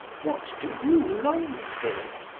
what do you long for?